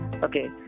Okay